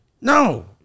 No